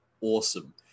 awesome